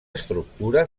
estructura